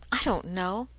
i don't know.